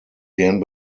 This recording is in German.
gern